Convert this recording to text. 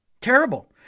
Terrible